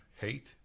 Hate